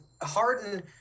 Harden